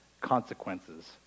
consequences